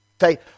say